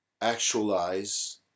actualize